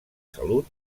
salut